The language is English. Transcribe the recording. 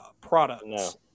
products